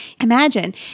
Imagine